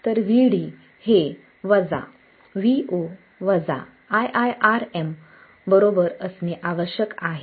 तर Vd हे Vo ii Rm बरोबर असणे आवश्यक आहे